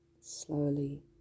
slowly